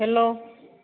hello